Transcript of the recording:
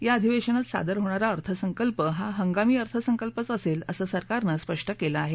या अधिवेशनात सादर होणारा अर्थसंकल्प हा हंगामी अर्थसंकल्पच असेल असं सरकारनं स्पष्ट केलं आहे